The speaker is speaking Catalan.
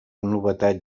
novetat